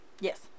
yes